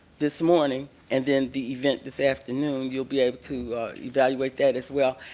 this morning and then the event this afternoon, you will be able to evaluate that as well.